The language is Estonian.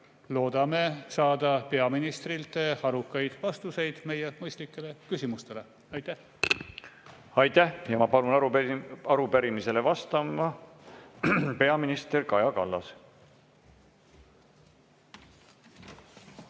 Loodame saada peaministrilt arukaid vastuseid meie mõistlikele küsimustele. Aitäh! Ma palun arupärimisele vastama peaminister Kaja Kallase.